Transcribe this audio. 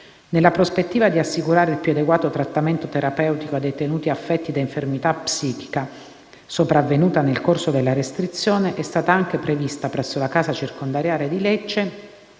Nella prospettiva di assicurare il più adeguato trattamento terapeutico ai detenuti affetti da infermità psichica sopravvenuta nel corso della restrizione, è stata anche prevista presso la casa circondariale di Lecce